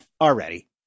already